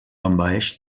envaeix